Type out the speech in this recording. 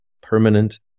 permanent